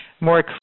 more